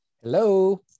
Hello